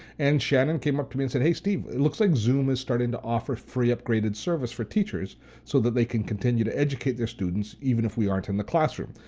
and shannon came up to me and said, hey steve, looks like zoom is starting to offer free upgraded service for teachers so that they can continue to educate their students even if we aren't in the classroom.